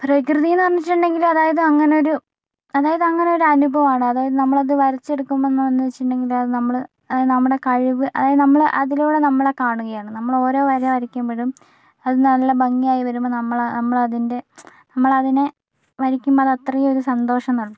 പ്രകൃതീന്നു പറഞ്ഞിട്ടുണ്ടെങ്കില് അതായത് അങ്ങനെയൊരു അതായത് അങ്ങനെയൊരു അനുഭവമാണ് അതായത് നമ്മൾ അത് വരച്ചെടുക്കുമ്പോ എന്നുവെച്ചിട്ടുണ്ടെങ്കിൽ അത് നമ്മൾ അത് നമ്മടെ കഴിവ് അതായത് നമ്മൾ അതിലൂടെ നമ്മളെ കാണുകയാണ് നമ്മൾ ഓരോ വര വരക്കുമ്പോഴും അത് നല്ല ഭംഗിയായി വരുമ്പോൾ നമ്മൾ നമ്മൾ അതിൻ്റെ നമ്മൾ അതിനെ വരയ്ക്കുമ്പോൾ അത് അത്രയും ഒരു സന്തോഷം നൽകും